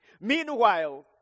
Meanwhile